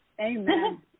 Amen